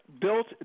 built